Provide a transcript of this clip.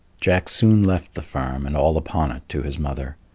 jack soon left the farm and all upon it to his mother,